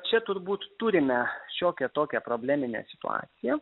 čia turbūt turime šiokią tokią probleminę situaciją